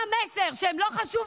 מה המסר, שהם לא חשובים?